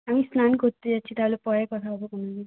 আমি স্নান করতে যাচ্ছি তাহলে পরে কথা হবে কোনোদিন